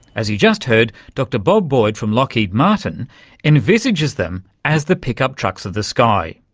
as you just heard, dr bob boyd from lockheed martin envisages them as the pickup trucks of the sky.